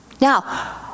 Now